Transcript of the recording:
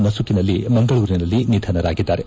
ನಸುಕಿನಲ್ಲಿ ಮಂಗಳೂರಿನಲ್ಲಿ ನಿಧನರಾಗಿದ್ದಾರೆ